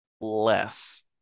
less